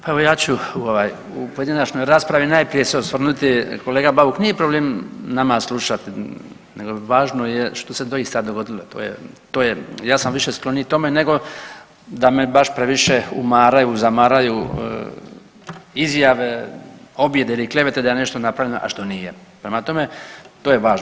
Pa evo ja ću ovaj u pojedinačnoj raspravi najprije se osvrnuti, kolega Bauk nije problem nama slušat nego važno je što se doista dogodilo, to je, to je, ja sam više skloniji tome nego da me baš previše umaraju i zamaraju izjave, objede ili klevete da je nešto napravljeno, a što nije, prema tome to je važno.